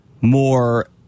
more